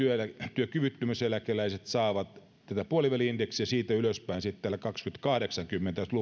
työkyvyttömyyseläkeläiset saavat tätä puoliväli indeksiä ja siitä ylöspäin sitten tällä kaksikymmentä viiva kahdeksankymmentä